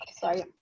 Sorry